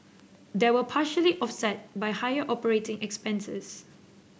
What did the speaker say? these were partially offset by higher operating expenses